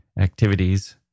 activities